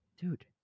Dude